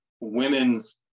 women's